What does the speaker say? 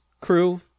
crew